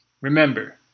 Remember